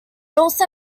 also